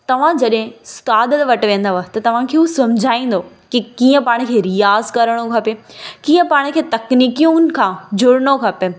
तव्हां जॾहिं उस्ताद वटि वेंदव त तवांखे हूं सम्झाईंदो की कीअं पाण खे रियाज़ करिणो खपे कीअं पाण खे तकनीकयुनि खां जुड़िणो खपे